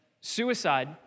suicide